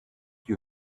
you